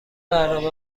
برنامه